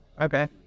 Okay